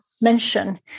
mention